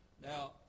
Now